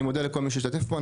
אני מודה לכל מי שהשתתף פה,